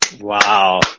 wow